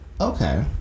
okay